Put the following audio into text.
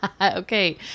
Okay